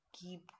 keep